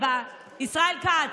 ישראל כץ,